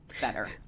better